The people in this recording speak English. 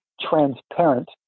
transparent